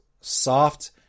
soft